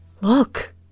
Look